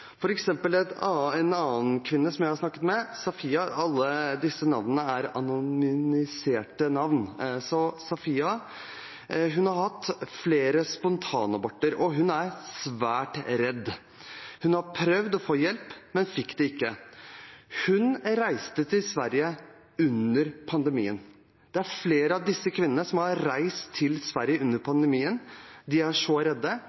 En annen kvinne jeg har snakket med, Sofia, alle disse navnene er anonymiserte navn, har hatt flere spontanaborter, og hun er svært redd. Hun har prøvd å få hjelp, men fikk det ikke. Hun reiste til Sverige under pandemien. Det er flere av disse kvinnene som har reist til Sverige under pandemien. De er så redde,